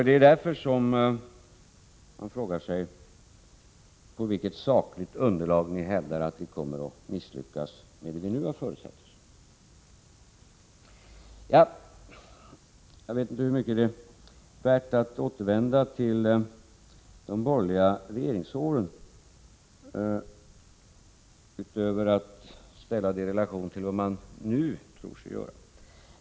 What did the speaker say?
Det är därför som man frågar sig på vilket sakligt underlag ni hävdar att vi kommer att misslyckas med vad vi nu har föresatt oss. Jag vet inte hur mycket det är värt att återvända till de borgerliga regeringsåren, förutom för att ställa dem i relation till vad ni nu tror er uträtta.